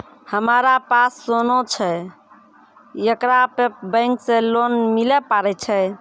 हमारा पास सोना छै येकरा पे बैंक से लोन मिले पारे छै?